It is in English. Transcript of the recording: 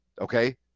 Okay